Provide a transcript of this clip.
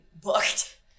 booked